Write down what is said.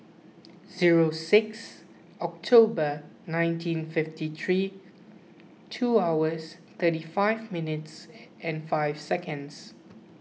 zero six October nineteen fifty three two hours thirty five minutes and five seconds